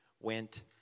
went